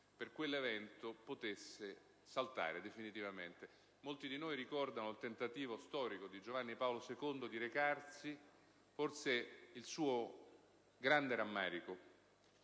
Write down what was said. di quell'evento, potesse saltare definitivamente. Molti di noi ricordano il tentativo storico di Giovanni Paolo II, forse il suo grande rammarico